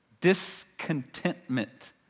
Discontentment